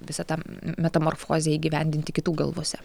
visą tą metamorfozę įgyvendinti kitų galvose